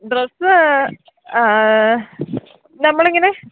dress നമ്മളിങ്ങനെ